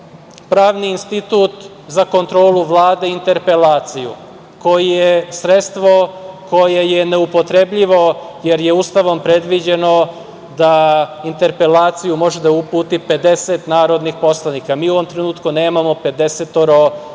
Pravni institut za kontrolu Vlade, interpelaciju, koji je sredstvo koje je neupotrebljivo, jer je Ustavom predviđeno da interpelaciju može da uputi 50 narodnih poslanika. Mi u ovom trenutku nemamo 50 poslanika